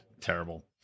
terrible